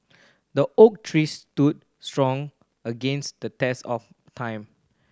the oak tree stood strong against the test of time